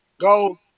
go